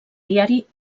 diari